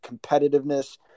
competitiveness